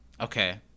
Okay